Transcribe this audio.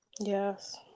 Yes